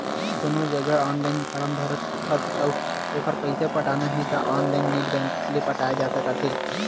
कोनो जघा online form भरत हस अउ ओखर पइसा पटाना हे त ऑनलाइन नेट बैंकिंग ले पटाए जा सकत हे